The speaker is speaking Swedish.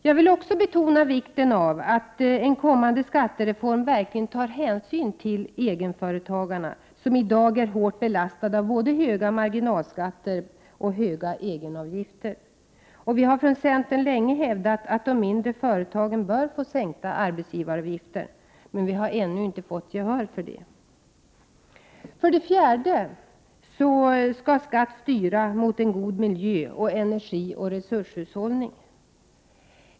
Jag vill också betona vikten av att en kommande skattereform verkligen tar hänsyn till egenföretagarna, som i dag är hårt belastade av både höga marginalskatter och höga egenavgifter. Vi har från centern länge hävdat att de mindre företagen bör få sänkta arbetsgivaravgifter, men vi har ännu inte fått gehör för det. För det fjärde skall skatt styra mot en god miljö och energioch resurshushållning.